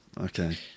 Okay